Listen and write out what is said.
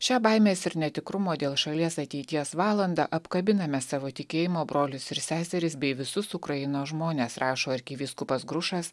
šią baimės ir netikrumo dėl šalies ateities valandą apkabiname savo tikėjimo brolius ir seseris bei visus ukrainos žmones rašo arkivyskupas grušas